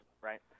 right